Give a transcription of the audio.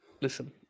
Listen